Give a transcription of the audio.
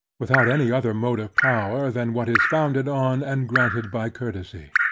without any other mode of power than what is founded on, and granted by courtesy.